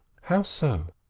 how so?